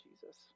Jesus